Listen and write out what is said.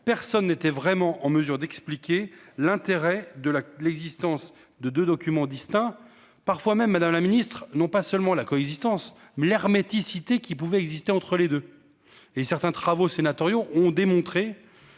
personne n'était vraiment en mesure d'expliquer l'intérêt de la l'existence de deux documents distincts, parfois même Madame la Ministre non pas seulement la coexistence l'hermétisme cité qui pouvaient exister entre les deux et certains travaux sénatoriaux ont démontré.